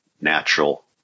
natural